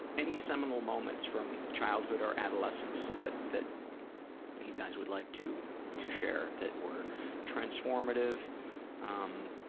any seminal moments from childhood or adolescence that that you guys would like to to share that were transformative um,